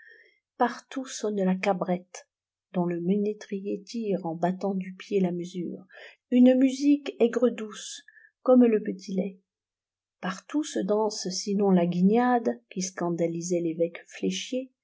partout sonne la cabrette dont le ménétrier tire en battant du pied la mesure une musique aigredouce comme le petit lait partout se danse sinon la guignade qui scandalisait l'évêque fléchier